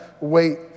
wait